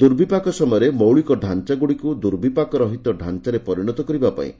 ଦୁର୍ବିପାକ ସମୟରେ ମୌଳିକ ଢାଞ୍ଚାଗୁଡ଼ିକୁ ଦୁର୍ବିପାକରହିତ ଢାଞ୍ଚାରେ ପରିଣତ କରିବା ପାଇଁ